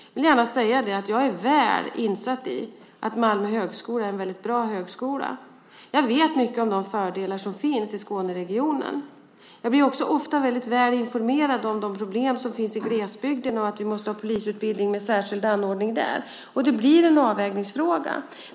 Jag vill gärna säga att jag är väl insatt i att Malmö högskola är en väldigt bra högskola. Jag vet mycket om de fördelar som finns i Skåneregionen. Jag blir också ofta väldigt väl informerad om de problem som finns i glesbygden och om att vi måste ha en särskilt anordnad polisutbildning där. Det blir en avvägningsfråga.